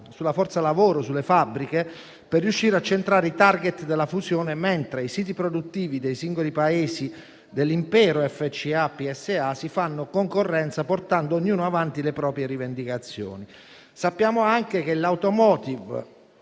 sulla forza lavoro, sulle fabbriche, per riuscire a centrare i *target* della fusione, mentre i siti produttivi dei singoli Paesi dell'impero FCA e PSA si fanno concorrenza portando ognuno avanti le proprie rivendicazioni. Sappiamo anche che l'*automotive*